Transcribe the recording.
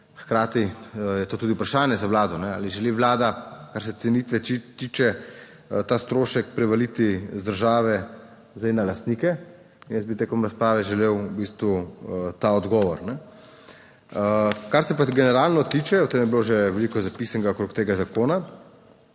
hkrati je to tudi vprašanje za vlado, ali želi vlada, kar se cenitve tiče, ta strošek prevaliti iz države zdaj na lastnike. Jaz bi tekom razprave želel v bistvu ta odgovor ne. Kar se pa generalno tiče, o tem je bilo že veliko zapisanega okrog tega zakona,